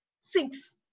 six